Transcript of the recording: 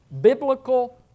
biblical